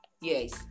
Yes